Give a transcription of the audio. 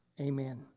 Amen